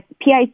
PIC